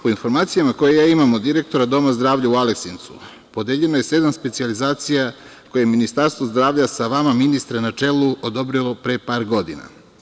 Po informacijama koje imam, od direktora doma zdravlja u Aleksincu, podeljeno je sedam specijalizacija koje je Ministarstvo zdravlja sa vama ministre na čelu odobrilo pre par godina.